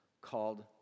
called